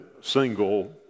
single